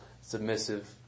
submissive